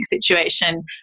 situation